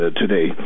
today